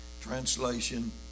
translation